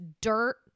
dirt